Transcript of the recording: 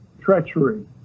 treachery